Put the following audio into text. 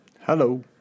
Hello